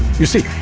you see,